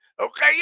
Okay